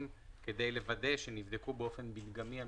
כדי לוודא שנבדקו באופן מדגמי המתקנים.